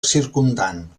circumdant